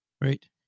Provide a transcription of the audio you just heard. Right